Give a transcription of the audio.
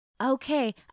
Okay